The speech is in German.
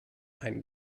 einen